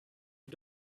you